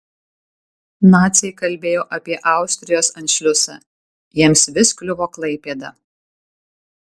naciai kalbėjo apie austrijos anšliusą jiems vis kliuvo klaipėda